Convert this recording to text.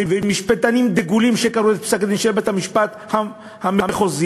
ומשפטנים דגולים שקראו את פסק-הדין של בית-המשפט המחוזי